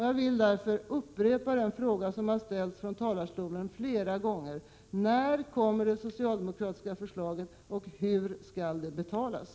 Jag vill därför upprepa den fråga som har ställts från talarstolen flera gånger. När kommer det socialdemokratiska förslaget och hur skall det betalas?